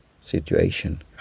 situation